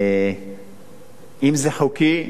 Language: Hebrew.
האם זה חוקי?